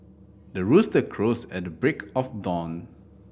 the rooster crows at the break of dawn